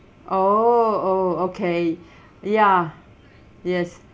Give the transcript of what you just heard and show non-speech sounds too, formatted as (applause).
oo oh okay (breath) ya yes